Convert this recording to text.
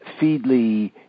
Feedly